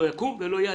לא יקום ולא יהיה.